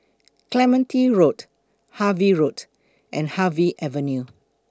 Clementi Road Harvey Road and Harvey Avenue